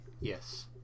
Yes